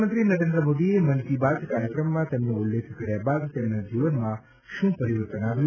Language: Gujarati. પ્રધાનમંત્રી નરેન્દ્ર મોદીએ મન કી બાત કાર્યક્રમમાં તેમનો ઉલ્લેખ કર્યા બાદ તેમના જીવનમાં શું પરિવર્તન આવ્યું